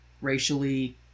racially